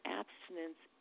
abstinence